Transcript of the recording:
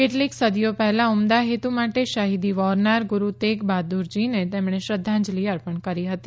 કેટલીક સદીઓ પહેલાં ઉમદા હેતુ માટે શફીદી વ્હોરનાર ગુરૂ તેગ બહાદુરજીને શ્રદ્ધાંજલી અર્પણ કરી હતી